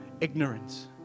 ignorance